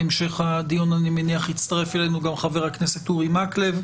בהמשך הדיון אני מניח שיצטרף אלינו גם חבר הכנסת אורי מקלב,